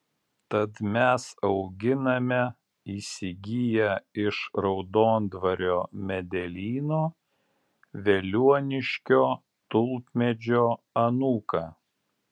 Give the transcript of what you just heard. tad mes auginame įsigiję iš raudondvario medelyno veliuoniškio tulpmedžio anūką